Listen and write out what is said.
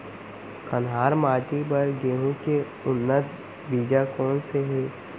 कन्हार माटी बर गेहूँ के उन्नत बीजा कोन से हे?